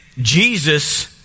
Jesus